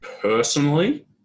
personally